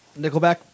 Nickelback